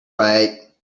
right